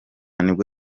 nibwo